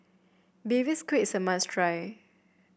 Baby Squid is a must try